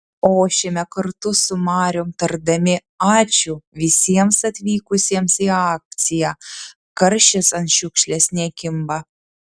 ošiame kartu su mariom tardami ačiū visiems atvykusiems į akciją karšis ant šiukšlės nekimba